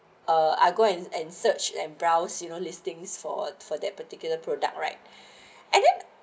uh I go and and search and browse you know listings for for that particular product right and than